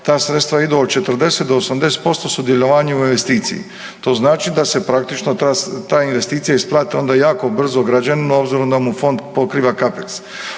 ta sredstva idu od 40 do 80% sudjelovanje u investiciji, to znači da se praktično ta investicija isplate onda jako brzo građaninu obzirom da mu fond pokriva kapric.